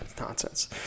nonsense